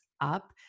up